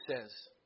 says